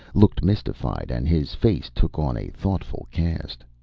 looked mystified and his face took on a thoughtful cast.